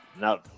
no